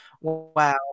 wow